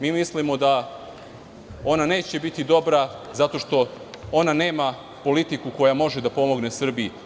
Mi mislimo da ona neće biti dobra zato što ona nema politiku koja može da pomogne Srbiji.